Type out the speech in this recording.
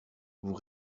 vous